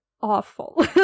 awful